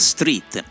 Street